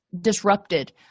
disrupted